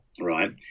right